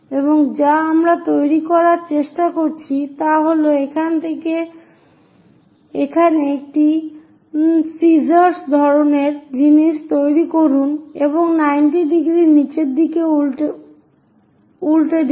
এবং যা আমরা তৈরি করার চেষ্টা করছি তা হল এখানে একটি সিজার্স ধরনের জিনিস তৈরি করুন এবং 90 ডিগ্রী নিচের দিকে উল্টে দিন